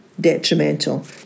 detrimental